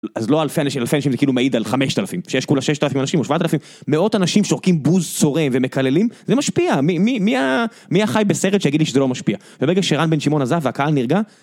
אז לא אלפי אנשים, אלפי אנשים זה כאילו מעיד על חמשת אלפים. שיש כולה ששת אלפים אנשים או שבעת אלפים. מאות אנשים שורקים בוז, צורם ומקללים, זה משפיע. מי החי בסרט שיגיד לי שזה לא משפיע? וברגע שרן בן שמעון עזב והקהל נרגע...